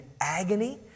agony